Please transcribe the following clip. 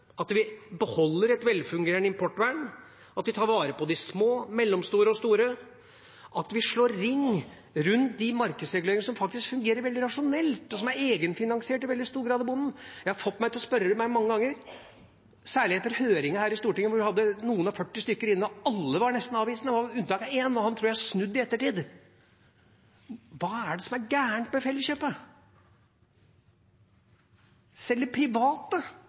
at vi beholder et velfungerende importvern, at vi tar vare på de små, mellomstore og store, at vi slår ring rundt de markedsreguleringene som faktisk fungerer veldig rasjonelt, og som i veldig stor grad er egenfinansiert av bonden. Det har fått meg til å spørre mange ganger, særlig etter høringen her i Stortinget hvor vi hadde noen og 40 stykker inne, og alle var nesten avvisende, med unntak av én, og han tror jeg har snudd i ettertid: Hva er det som er galt med Felleskjøpet? Sjøl de private